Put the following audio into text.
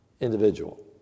Individual